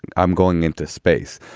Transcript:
i'm going into space.